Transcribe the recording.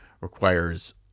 requires